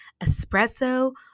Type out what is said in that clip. espresso